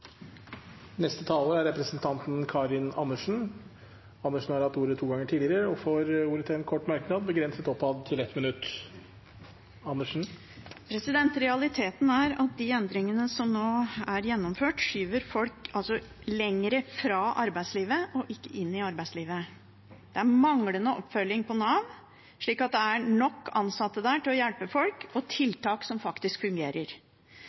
Representanten Karin Andersen har hatt ordet to ganger tidligere i debatten og får ordet til en kort merknad, begrenset til 1 minutt. Realiteten er at de endringene som nå er gjennomført, skyver folk lenger fra arbeidslivet og ikke inn i arbeidslivet. Det er manglende oppfølging av Nav slik at det er nok ansatte der til å hjelpe folk og tiltak som faktisk fungerer.